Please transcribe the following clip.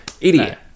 Idiot